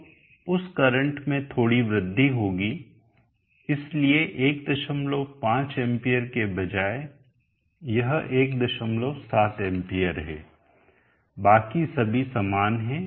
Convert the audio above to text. तो उस करंट में थोड़ी वृद्धि होगी इसलिए 15 एंपियर के बजाय यह 17 एंपियर है बाकी सभी समान हैं